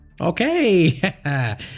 Okay